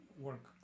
work